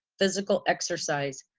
physical exercise,